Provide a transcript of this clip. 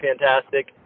fantastic